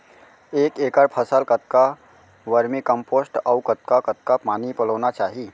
एक एकड़ फसल कतका वर्मीकम्पोस्ट अऊ कतका कतका पानी पलोना चाही?